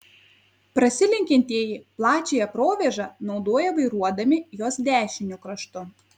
prasilenkiantieji plačiąją provėžą naudoja vairuodami jos dešiniu kraštu